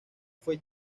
fue